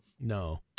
No